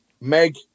Meg